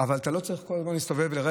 אבל אתה לא צריך כל הזמן להסתובב ולראות